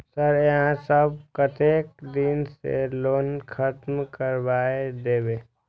Sir यहाँ सब कतेक दिन में लोन खत्म करबाए देबे?